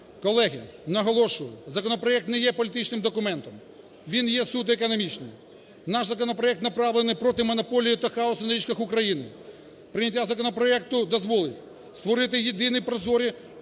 Колеги, наголошую: законопроект не є політичним документом, він є суто економічним. Наш законопроект направлений проти монополії та хаосу на річках України. Прийняття законопроекту дозволить створити єдині прозорі